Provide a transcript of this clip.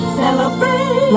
celebrate